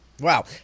Wow